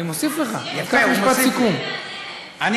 לא,